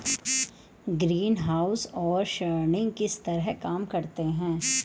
greenhouse सौर सरणी किस तरह काम करते हैं